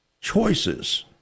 Choices